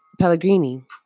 Pellegrini